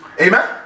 Amen